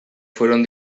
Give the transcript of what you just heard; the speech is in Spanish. fueron